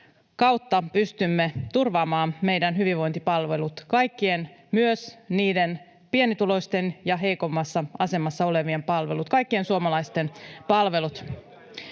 kautta pystymme turvaamaan meidän hyvinvointipalvelut, kaikkien — myös niiden pienituloisten ja heikommassa asemassa olevien — palvelut, kaikkien suomalaisten palvelut.